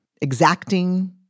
exacting